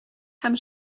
һәм